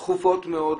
דחוף מאוד,